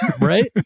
Right